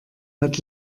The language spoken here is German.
hat